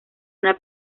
una